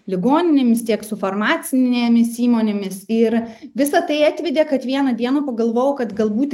ligoninėmis tiek su farmacinėmis įmonėmis ir visą tai atvedė kad vieną dieną pagalvojau kad galbūt